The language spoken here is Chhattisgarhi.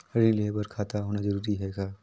ऋण लेहे बर खाता होना जरूरी ह का?